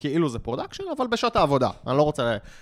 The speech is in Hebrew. כי אילו זה פרודקשן, אבל בשעות העבודה. אני לא רוצה...